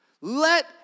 Let